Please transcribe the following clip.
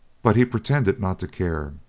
but he pretended not to care.